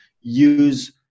use